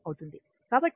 273 అవుతుంది